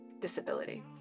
disability